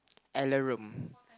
alarm